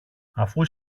αφού